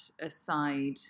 aside